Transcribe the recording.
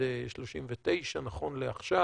נכון לעכשיו,